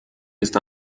está